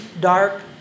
dark